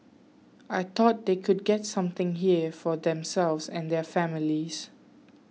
I thought they could get something here for themselves and their families